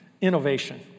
innovation